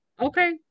Okay